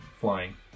flying